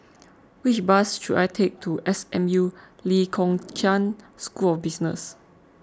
which bus should I take to S M U Lee Kong Chian School of Business